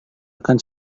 akan